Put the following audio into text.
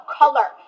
color